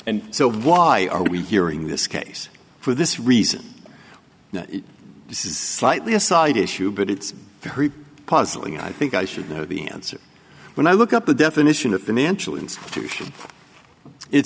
and so why are we hearing this case for this reason this is slightly a side issue but it's puzzling i think i should know the answer when i look up the definition of financial institution it